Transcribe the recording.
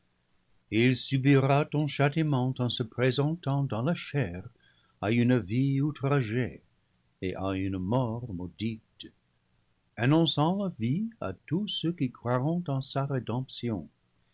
il subira ton châtiment en se présentant dans la chair à une vie outragée et à une mort maudite annonçant la vie à tous ceux qui croiront en sa rédemption